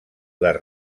les